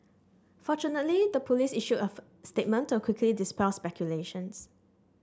fortunately the police issued a statement to quickly dispel speculations